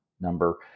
number